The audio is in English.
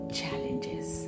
challenges